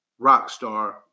Rockstar